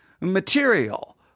material